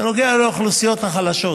אתה נותן לאוכלוסיות החלשות.